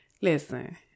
listen